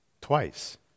Twice